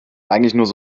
eigentlich